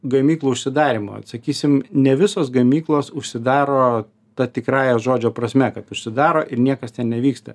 gamyklų užsidarymo vat sakysim ne visos gamyklos užsidaro ta tikrąja žodžio prasme kad užsidaro ir niekas ten nevyksta